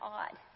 odd